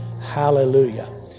Hallelujah